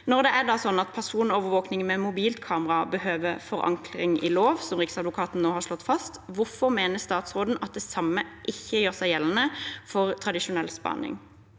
Når det da er sånn at personovervåkning med mobilt kamera behøver forankring i lov, som Riksadvokaten nå har slått fast, hvorfor mener statsråden at det samme ikke gjør seg gjeldende for tradisjonell spaning?